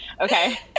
Okay